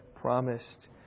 promised